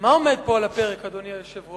מה עומד פה על הפרק, אדוני היושב-ראש?